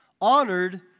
honored